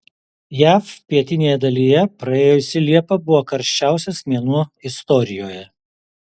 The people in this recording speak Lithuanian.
jav pietinėje dalyje praėjusi liepa buvo karščiausias mėnuo istorijoje